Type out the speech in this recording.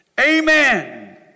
Amen